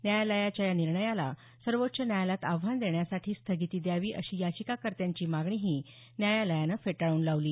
न्यायालयाच्या या निर्णयाला सर्वोच्च न्यायालयात आव्हान देण्यासाठी स्थगिती द्यावी अशी याचिकाकर्त्यांची मागणीही न्यायालयानं फेटाळून लावली